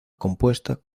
compuesta